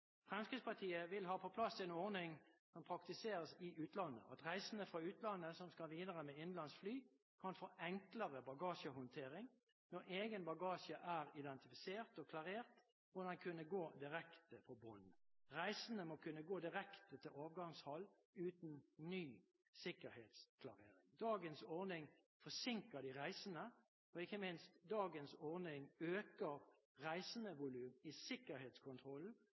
Fremskrittspartiet vil ha på plass en ordning som praktiseres i utlandet, dvs. at reisende fra utlandet som skal videre med innenlandsfly, kan få enklere bagasjehåndtering. Når egen bagasje er identifisert og klarert, må den kunne gå direkte på bånd. Reisende må kunne gå direkte til avgangshall uten ny sikkerhetsklarering. Dagens ordning forsinker de reisende, og – ikke minst – dagens ordning øker reisendevolum i sikkerhetskontrollen,